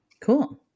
Cool